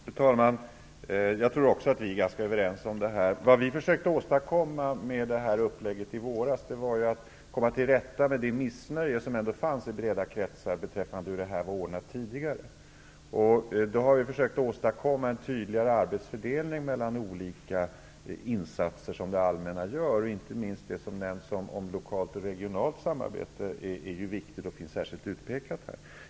Fru talman! Jag tror också att vi är ganska överens om det här. Vad vi försökte åstadkomma med detta upplägg i våras var ju att komma till rätta med det missnöje som ändå fanns i breda kretsar beträffande hur detta var ordnat tidigare. Vi har då försökt åstadkomma en tydligare arbetsfördelning mellan olika insatser som det allmänna gör. Inte minst det som nämns om lokalt och regionalt samarbete är viktigt och finns särskilt utpekat här.